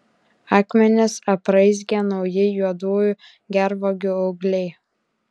akmenis apraizgė nauji juodųjų gervuogių ūgliai